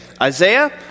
Isaiah